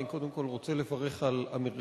אני קודם כול רוצה לברך על אמירתך